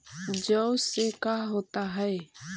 जौ से का होता है?